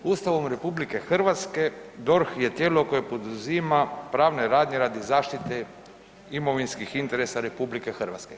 Ustavom RH DORH je tijelo koje poduzima pravne radnje radi zaštite imovinskih interesa RH.